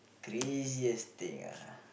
craziest thing ah